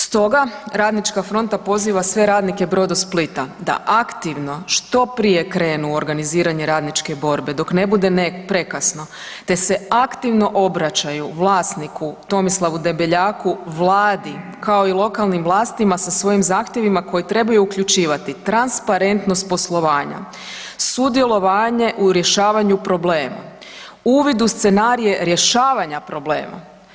Stoga Radnička fronta poziva sve radnike Brodosplita da aktivno što prije krenu u organiziranje radničke borbe dok ne bude prekasno te se aktivno obraćaju vlasniku Tomislavu Debeljaku, Vladi kao i lokalnim vlastima sa svojim zahtjevima koji trebaju uključivati transparentnost poslovanja, sudjelovanje u rješavanju problema, uvid u scenarije rješavanja problema.